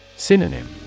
Synonym